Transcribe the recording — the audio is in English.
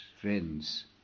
friends